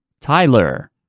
Tyler